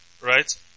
right